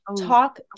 talk